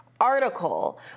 article